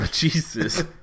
Jesus